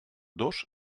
dos